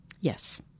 Yes